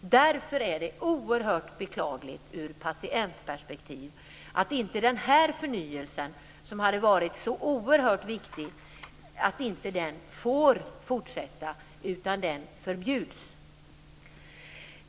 Därför är det oerhört beklagligt ur patientperspektiv att den här förnyelsen, som hade varit så oerhört viktig, inte får fortsätta utan förbjuds.